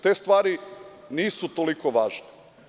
Te stvari nisu toliko važne.